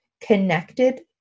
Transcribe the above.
connected